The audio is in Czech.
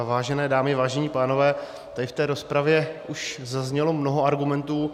Vážené dámy, vážení pánové, tady v té rozpravě už zaznělo mnoho argumentů.